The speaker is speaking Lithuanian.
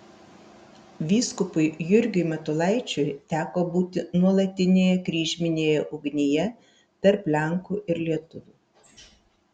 vyskupui jurgiui matulaičiui teko būti nuolatinėje kryžminėje ugnyje tarp lenkų ir lietuvių